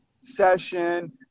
session